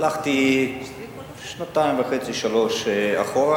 הלכתי שנתיים וחצי, שלוש שנים, אחורה,